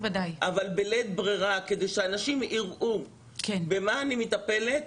אבל בלית ברירה כדי שאנשים יראו במה אני מטפלת,